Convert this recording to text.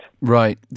Right